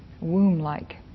Womb-like